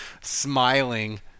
smiling